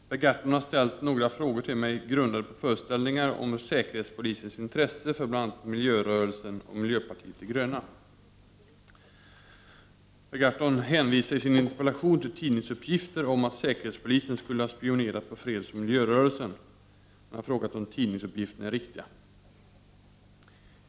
Herr talman! Per Gahrton har ställt några frågor till mig, grundade på föreställningar om säkerhetspolisens intresse för bl.a. miljörörelsen och miljöpartiet de gröna. Per Gahrton hänvisar i sin interpellation till tidningsuppgifter om att säkerhetspolisen skulle ha spionerat på fredsoch miljörörelsen. Han har frågat om tidningsuppgifterna är riktiga.